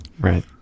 right